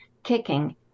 kicking